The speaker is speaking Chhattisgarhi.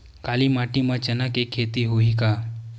काली माटी म चना के खेती होही का?